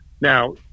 Now